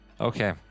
Okay